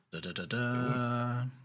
Da-da-da-da